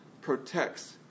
protects